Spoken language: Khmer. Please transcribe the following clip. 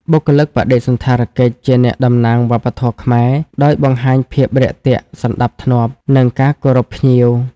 បុគ្គលិកបដិសណ្ឋារកិច្ចជាអ្នកតំណាងវប្បធម៌ខ្មែរ ដោយបង្ហាញភាពរាក់ទាក់ សណ្តាប់ធ្នាប់ និងការគោរពភ្ញៀវ។